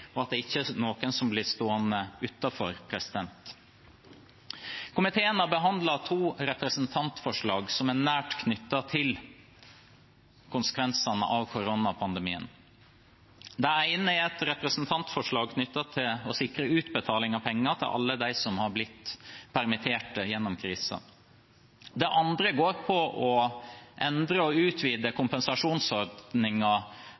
rettferdig, og at det ikke er noen som blir stående utenfor. Komiteen har behandlet to representantforslag som er nært knyttet til konsekvensene av koronapandemien. Det ene er et representantforlag knyttet til å sikre utbetaling av penger til alle dem som har blitt permittert gjennom krisen. Det andre går ut på å endre og utvide